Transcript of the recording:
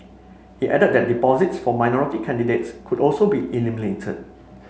he added that deposits for minority candidates could also be eliminated